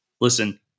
Listen